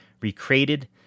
recreated